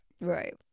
Right